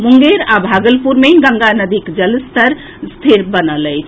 मुंगेर आ भागलपुर मे गंगा नदीक जलस्तर स्थिर बनल अछि